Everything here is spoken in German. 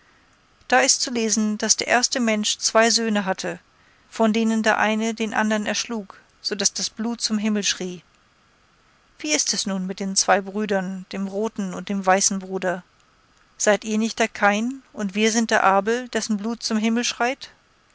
da ist zu lesen daß der erste mensch zwei söhne hatte von denen der eine den andern erschlug so daß das blut zum himmel schrie wie ist es nun mit den zwei brüdern dem roten und dem weißen bruder seid ihr nicht der kain und wir sind der abel dessen blut zum himmel schreit